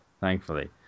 thankfully